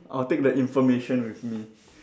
I'll take that information with me